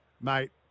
Mate